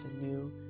anew